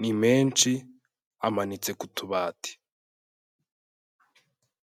ni menshi amanitse ku tubati.